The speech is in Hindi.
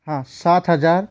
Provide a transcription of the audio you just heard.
हाँ सात हज़ार